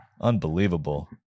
Unbelievable